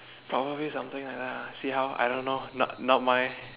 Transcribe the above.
probably something like that lah see how I don't know not not my